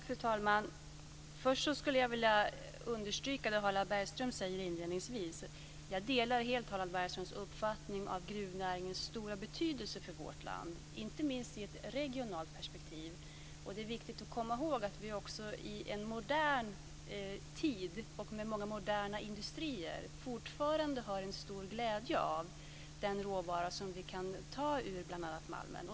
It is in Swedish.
Fru talman! Först skulle jag vilja understryka det som Harald Bergström säger inledningsvis. Jag delar helt hans uppfattning om gruvnäringens stora betydelse för vårt land, inte minst i ett regionalt perspektiv. Det är viktigt att komma ihåg att vi också i en modern tid med många moderna industrier fortfarande har en stor glädje av den råvara som vi kan ta ur bl.a. malmen.